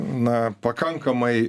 na pakankamai